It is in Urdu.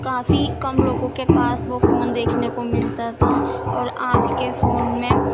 کافی کم لوگوں کے پاس وہ فون دیکھنے کو ملتا تھا اور آج کے فون میں